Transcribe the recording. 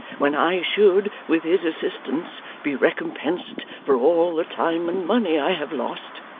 when i should, with his assistance, be recompensed for all the time and money i have lost,